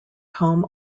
home